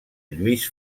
lluís